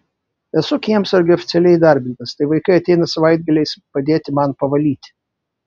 esu kiemsargiu oficialiai įdarbintas tai vaikai ateina savaitgaliais padėti man pavalyti